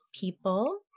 people